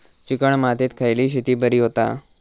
Chicken मातीत खयली शेती बरी होता?